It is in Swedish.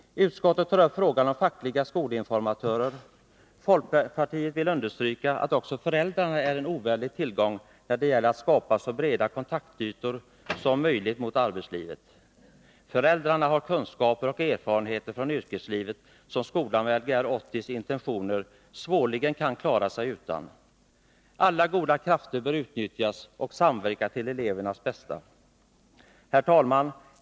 Utskottet tar upp frågan om fackliga skolinformatörer. Folkpartiet vill understryka att också föräldrarna är en ovärderlig tillgång när det gäller att skapa så breda kontaktytor som möjligt mot arbetslivet. Föräldrarna har kunskaper och erfarenheter från yrkeslivet som skolan med Lgr 80:s intentioner svårligen kan klara sig utan. Alla goda krafter bör utnyttjas och samverka till elevernas bästa. Herr talman!